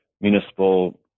municipal